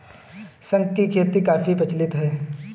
शंख की खेती काफी प्रचलित है